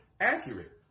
accurate